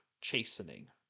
chastening